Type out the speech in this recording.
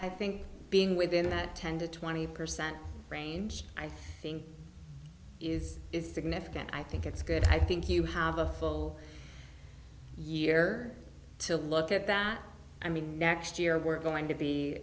i think being within that ten to twenty percent range i think is is significant i think it's good i think you have a full year to look at that i mean next year we're going to be